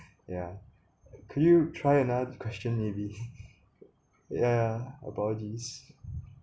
ya can you try another question maybe yeah apologies